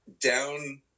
down